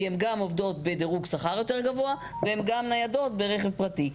כי הן גם עובדות בדירוג שכר יותר גבוה וגם ניידות ברכב פרטי.